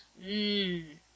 Mmm